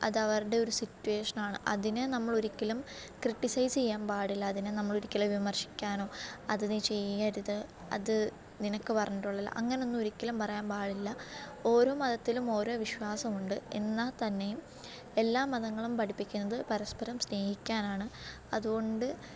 അതവരുടെ ഒരു സിറ്റുവേഷൻ ആണ് അതിനെ നമ്മളൊരിക്കലും ക്രിട്ടിസൈസ് ചെയ്യാൻ പാടില്ല അതിനെ നമ്മളൊരിക്കലും വിമർശിക്കാനോ അത് നീ ചെയ്യരുത് അത് നിനക്ക് പറഞ്ഞിട്ടുള്ളത് അല്ല അങ്ങനെയൊന്നും ഒരിക്കലും പറയാൻപാടില്ല ഓരോ മതത്തിലും ഓരോ വിശ്വാസമുണ്ട് എന്നാൽ തന്നെയും എല്ലാ മതങ്ങളും പഠിപ്പിക്കുന്നത് പരസ്പരം സ്നേഹിക്കാനാണ് അതുകൊണ്ട്